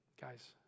guys